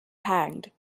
hanged